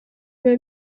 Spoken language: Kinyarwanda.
biba